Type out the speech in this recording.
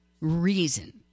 reason